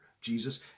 Jesus